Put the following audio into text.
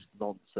nonsense